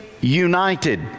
united